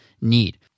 need